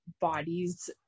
bodies